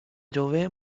jove